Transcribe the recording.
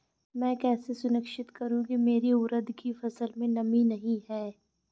मैं कैसे सुनिश्चित करूँ की मेरी उड़द की फसल में नमी नहीं है?